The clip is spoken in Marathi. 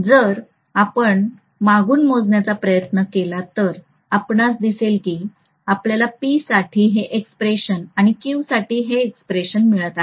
जर आपण मागून मोजण्याचा प्रयत्न केला तर आपणास दिसेल की आपल्याला P साठी हे एक्स्प्रेशन आणि Q साठी हे एक्स्प्रेशन मिळत आहे